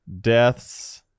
deaths